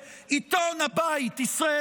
גם גלי ישראל וגם ערוץ 12. עיתון הבית ישראל